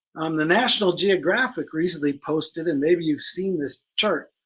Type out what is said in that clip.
um the national geographic recently posted and maybe you've seen this chart,